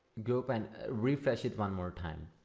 group and refresh it one more time.